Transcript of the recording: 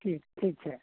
ठीक ठीक छै